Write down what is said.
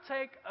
take